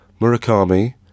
Murakami